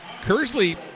Kersley